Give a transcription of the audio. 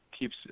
keeps